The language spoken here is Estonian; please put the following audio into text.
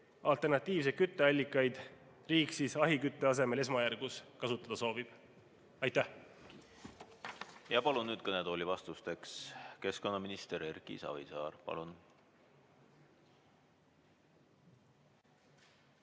alternatiivseid kütteallikaid riik ahjukütte asemel esmajärgus kasutada soovib. Aitäh! Palun nüüd kõnetooli vastusteks keskkonnaminister Erki Savisaare. Palun